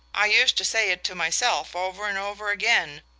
i used to say it to myself over and over again,